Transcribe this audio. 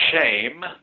shame